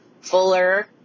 fuller